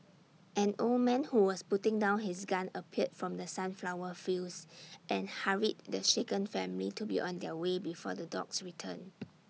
an old man who was putting down his gun appeared from the sunflower fields and hurried the shaken family to be on their way before the dogs return